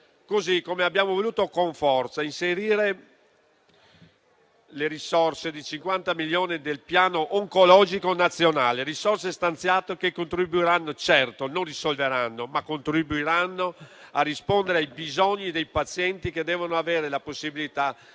modo, abbiamo voluto con forza inserire i 50 milioni del Piano oncologico nazionale, risorse stanziate che certo non risolveranno, ma contribuiranno a rispondere ai bisogni dei pazienti che devono avere la possibilità di essere